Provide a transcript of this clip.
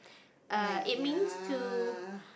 err ya